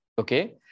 Okay